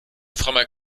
frommer